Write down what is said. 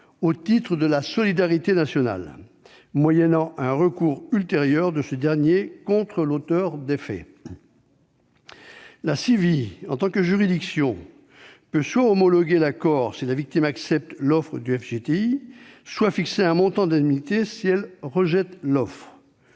au titre de la solidarité nationale, moyennant un recours ultérieur du fonds contre l'auteur des faits. La CIVI, en tant que juridiction, peut soit homologuer l'accord, si la victime accepte l'offre du FGTI, soit fixer un montant d'indemnité si elle rejette l'offre.